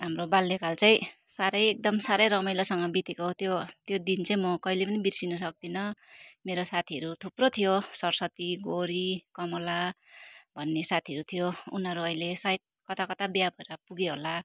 हाम्रो बाल्यकाल चाहिँ साह्रै एकदम साह्रै रमाइलोसँग बितेको त्यो त्यो दिन म कहिले पनि बिर्सनु सक्दिनँ मेरो साथीहरू थुप्रो थियो सरस्वती गौरी कमला भन्ने साथीहरू थियो उनीहरू अहिले सायद कताकता विवाह भएर पुग्यो होला